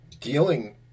dealing